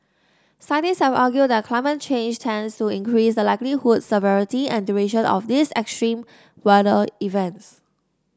scientists have argued that climate change tends to increase the likelihood severity and duration of these extreme weather events